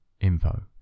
info